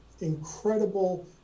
incredible